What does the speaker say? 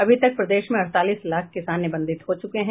अभी तक प्रदेश में अड़तालीस लाख किसान निबंधित हो चुके हैं